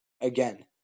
Again